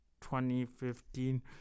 2015